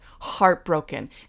heartbroken